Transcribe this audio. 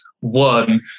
One